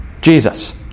Jesus